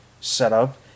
setup